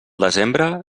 desembre